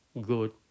good